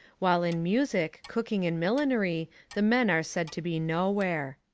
while in music, cooking and millinery the men are said to be nowhere.